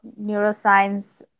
neuroscience